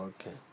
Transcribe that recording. Okay